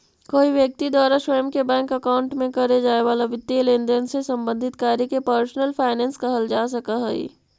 कोई व्यक्ति द्वारा स्वयं के बैंक अकाउंट में करे जाए वाला वित्तीय लेनदेन से संबंधित कार्य के पर्सनल फाइनेंस कहल जा सकऽ हइ